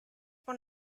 one